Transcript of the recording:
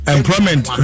Employment